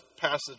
passage